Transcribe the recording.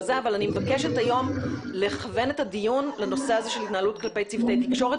אבל אני מבקשת היום לכוון את הדיון לנושא של התנהלות כלפי צוותי תקשורת,